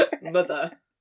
mother